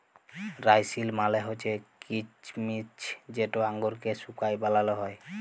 রাইসিল মালে হছে কিছমিছ যেট আঙুরকে শুঁকায় বালাল হ্যয়